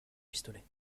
pistolet